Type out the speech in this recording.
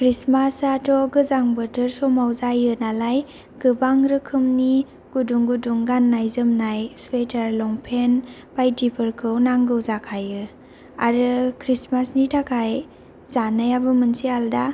Christmas आथ' गोजां बोथोर समाव जायो नालाय गोबां रोखोमनि गुदुं गुदुं गाननाय जोमनाय स्विटार लंफेन्ट बायदिफोरखौ नांगौ जाखायो आरो क्रिस्टमासनि थाखाय जानायाबो मोनसे आलदा